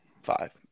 five